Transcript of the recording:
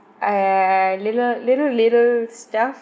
uh little little little stuff